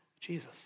Jesus